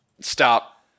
Stop